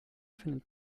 findet